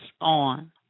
on